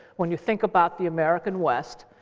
when you think about the american west,